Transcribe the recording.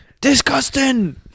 Disgusting